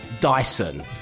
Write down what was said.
Dyson